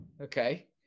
Okay